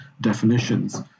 definitions